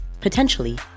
potentially